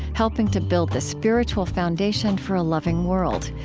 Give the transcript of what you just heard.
helping to build the spiritual foundation for a loving world.